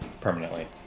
permanently